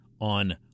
on